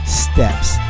steps